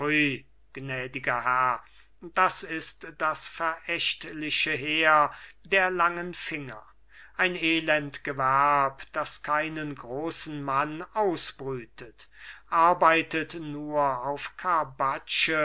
das ist das verächtliche heer der langen finger ein elend gewerb das keinen großen mann ausbrütet arbeitet nur auf